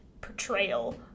portrayal